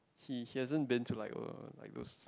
he he hasn't been to like uh like those